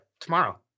tomorrow